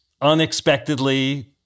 unexpectedly